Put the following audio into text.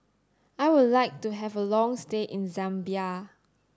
I would like to have a long stay in Zambia